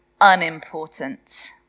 unimportant